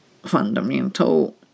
fundamental